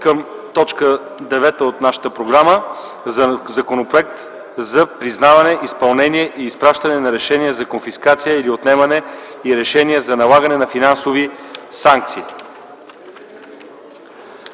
прието, а с това и на второ гласуване Законът за признаване, изпълнение и изпращане на решения за конфискация или отнемане и решения за налагане на финансови санкции.